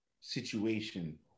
situation